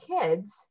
kids